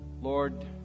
Lord